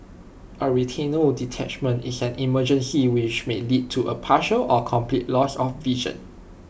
A retinal detachment is an emergency which may lead to A partial or complete loss of vision